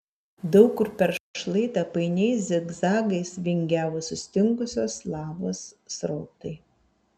daug kur per šlaitą painiais zigzagais vingiavo sustingusios lavos srautai